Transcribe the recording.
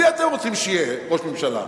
מי אתם רוצים שיהיה ראש ממשלה?